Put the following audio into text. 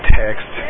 text